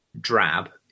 drab